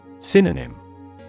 Synonym